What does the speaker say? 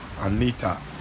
Anita